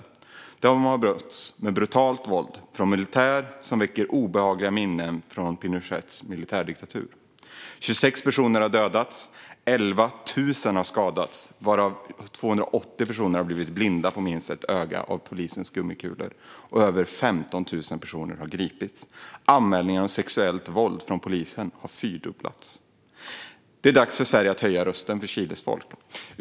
Protesterna har mötts med brutalt våld från militären, som väcker obehagliga minnen från Pinochets militärdiktatur. 26 personer har dödats. Mer än 11 000 har skadats, varav 280 personer blivit blinda på minst ett öga av polisens gummikulor. Mer än 15 000 personer har gripits. Anmälningar om sexuellt våld från polisen har fyrdubblats. Det är dags för Sverige att höja rösten för Chiles folk.